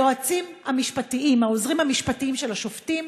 היועצים המשפטיים, העוזרים המשפטיים של השופטים,